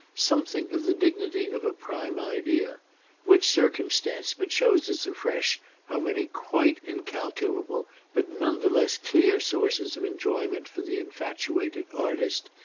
something of the dignity of a prime idea which circumstance but shows us afresh how many quite incalculable but none the less clear sources of enjoyment for the infatuated artist,